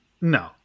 No